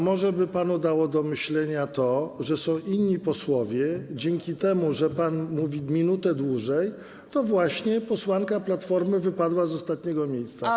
Może by panu dało do myślenia to, że są inni posłowie i dzięki temu, że pan mówił minutę dłużej, właśnie posłanka Platformy wypadła z ostatniego miejsca.